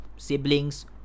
siblings